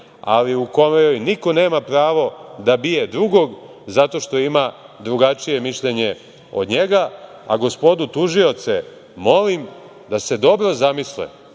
ali u kojoj niko nema pravo da bije drugog zato što ima drugačije mišljenje od njega. Gospodu tužioce molim da se dobro zamisle